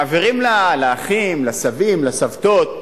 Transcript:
מעבירים לאחים, לסבים, לסבתות,